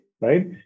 right